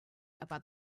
about